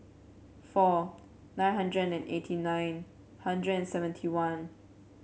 four nine hundred and eighty nine hundred and seventy one